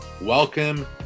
Welcome